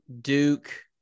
Duke